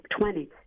20